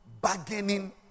bargaining